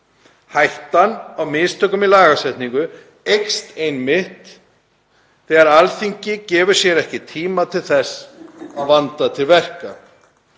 Hættan á mistökum í lagasetningu eykst einmitt þegar Alþingi gefur sér ekki tíma til þess að vanda til verka.